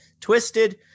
Twisted